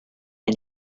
and